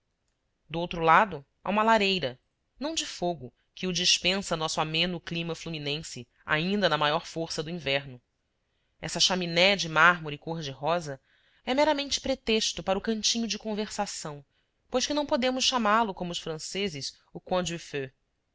do outro lado há uma lareira não de fogo que o dispensa nosso ameno clima fluminense ainda na maior força do inverno essa chaminé de mármore cor-de-rosa é meramente pretexto para o cantinho de conversação pois que não podemos chamá-lo como os franceses